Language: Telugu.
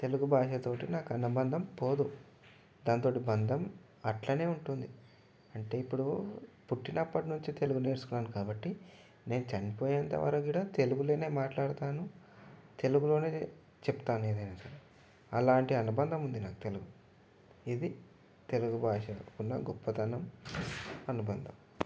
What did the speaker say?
తెలుగు భాషతోటి అనుబంధం పోదు దాంతోటి బంధం అట్లనే ఉంటుంది అంటే ఇప్పుడు పుట్టినప్పటినుంచి తెలుగు నేర్చుకున్నాను కాబట్టి నేను చనిపోయేంతవరకు కూడా తెలుగులోనే మాట్లాడుతాను తెలుగులోనే చెప్తాను ఏదైనా అలాంటి అనుబంధం ఉంది నాకు తెలుగు ఇది తెలుగు భాషకు ఉన్న గొప్పతనం అనుబంధం